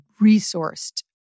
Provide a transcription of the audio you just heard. resourced